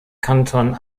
kanton